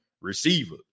receiver